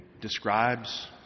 describes